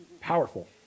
Powerful